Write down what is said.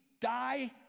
die